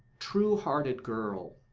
true-hearted girl.